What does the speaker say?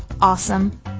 awesome